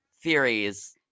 theories